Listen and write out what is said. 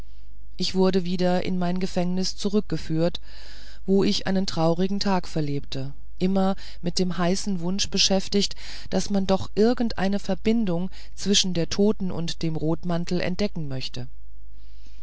ich wurde wieder in mein gefängnis zurückgeführt wo ich einen traurigen tag verlebte immer mit dem heißen wunsch beschäftigt daß man doch irgendeine verbindung zwischen der toten und dem rotmantel entdecken möchte